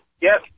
Yes